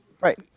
Right